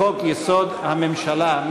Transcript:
לחוק-יסוד: הממשלה.